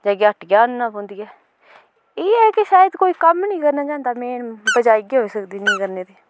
जाइयै ह्ट्टियै आह्न्नी पौंदी ऐ इ'यै कि शायद कोई कम्म नी करना चांह्दा मेन बजह् इ'यै होई सकदी नेईंं करने दी